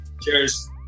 Cheers